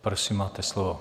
Prosím, máte slovo.